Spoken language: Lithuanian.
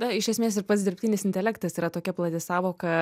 na iš esmės ir pats dirbtinis intelektas yra tokia plati sąvoka